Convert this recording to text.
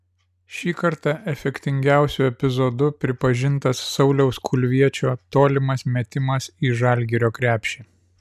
šį kartą efektingiausiu epizodu pripažintas sauliaus kulviečio tolimas metimas į žalgirio krepšį